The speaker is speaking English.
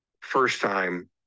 first-time